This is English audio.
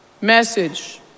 Message